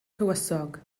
tywysog